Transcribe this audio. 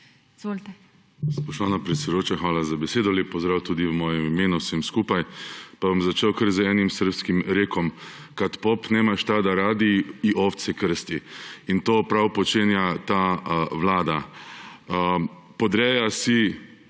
SAB):** Spoštovana predsedujoča, hvala za besedo. Lep pozdrav tudi v mojem imenu vsem skupaj! Pa bom začel kar z enim srbskim rekom Kad pop nema šta da radi i ovce krsti. In prav to počenja ta vlada. Podreja si